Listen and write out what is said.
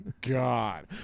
God